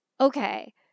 okay